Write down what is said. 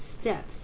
steps